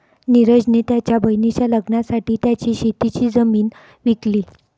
निरज ने त्याच्या बहिणीच्या लग्नासाठी त्याची शेतीची जमीन विकली